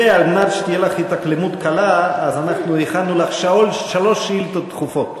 ועל מנת שתהיה לך התאקלמות קלה אז אנחנו הכנו לך שלוש שאילתות דחופות.